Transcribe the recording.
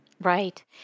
Right